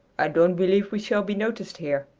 i don't believe we shall be noticed here,